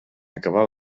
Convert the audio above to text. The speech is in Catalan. acabar